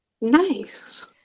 Nice